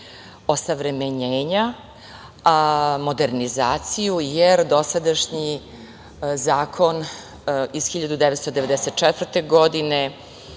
osavremenjenja, modernizaciju, jer dosadašnji zakon iz 1994. godine